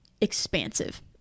expansive